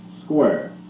square